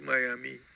Miami